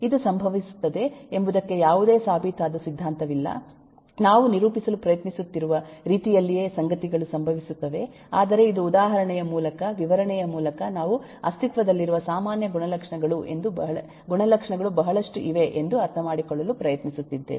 ಇದು ಸಂಭವಿಸುತ್ತದೆ ಎಂಬುದಕ್ಕೆ ಯಾವುದೇ ಸಾಬೀತಾದ ಸಿದ್ಧಾಂತವಿಲ್ಲ ನಾವು ನಿರೂಪಿಸಲು ಪ್ರಯತ್ನಿಸುತ್ತಿರುವ ರೀತಿಯಲ್ಲಿಯೇ ಸಂಗತಿಗಳು ಸಂಭವಿಸುತ್ತವೆ ಆದರೆ ಇದು ಉದಾಹರಣೆಯ ಮೂಲಕ ವಿವರಣೆಯ ಮೂಲಕ ನಾವು ಅಸ್ತಿತ್ವದಲ್ಲಿರುವ ಸಾಮಾನ್ಯ ಗುಣಲಕ್ಷಣಗಳು ಬಹಳಷ್ಟು ಇವೆ ಎಂದು ಅರ್ಥಮಾಡಿಕೊಳ್ಳಲು ಪ್ರಯತ್ನಿಸಿದ್ದೇವೆ